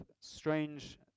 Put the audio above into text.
strange